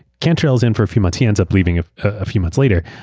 cantrell is in for a few months. he ends up leaving a few months later.